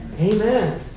Amen